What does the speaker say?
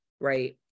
right